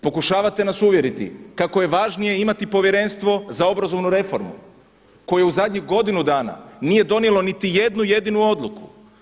Pokušavate nas uvjeriti kako je važnije imati povjerenstvo za obrazovnu reformu koju u zadnjih godinu dana nije donijelo niti jednu jedinu odluku.